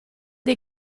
dei